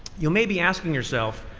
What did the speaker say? you may be asking yourself,